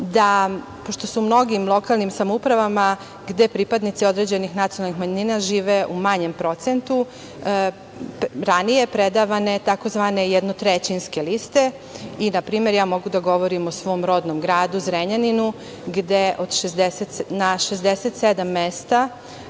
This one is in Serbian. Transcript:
da pošto su u mnogim lokalnim samoupravama gde pripadnici određenih nacionalnih manjina žive u manjem procentu ranije predavane tzv. jednotrećinske liste i, na primer, ja mogu da govorim o svom rodnom gradu Zrenjaninu, gde na 67